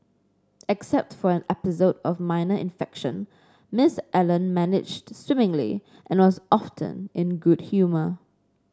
except for an episode of minor infection Miss Allen managed swimmingly and was often in good humour